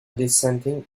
dissenting